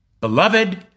Beloved